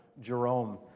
Jerome